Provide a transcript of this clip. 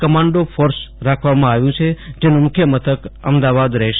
commando force રાખવામાં આવ્યું છે જેનું મુખ્ય મથક અમદાવાદ રહેશે